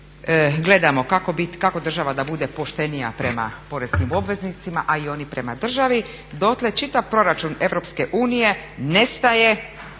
gledamo kako država da bude poštenija prema poreznim obveznicima, a i oni prema državi, dotle čitav proračun Europske